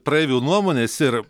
praeivių nuomonės ir